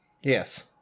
Yes